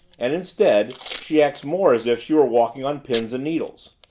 and instead she acts more as if she were walking on pins and needles.